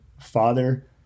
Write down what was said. father